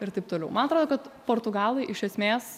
ir taip toliau man atrodo kad portugalai iš esmės